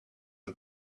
and